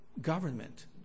government